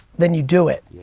then you do it.